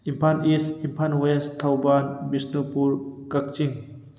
Imphal east Imphal west Thoubal Bishnupur Kakching